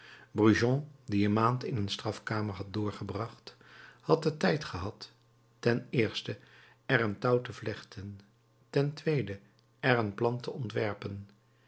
brujon die een maand in een strafkamer had doorgebracht had den tijd gehad ten eerste er een touw te vlechten ten tweede er een plan te ontwerpen